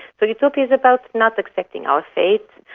so utopia is about not accepting our fate,